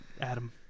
Adam